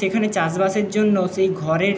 সেখানে চাষ বাসের জন্য সেই ঘরের